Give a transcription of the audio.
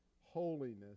holiness